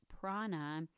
prana